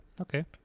okay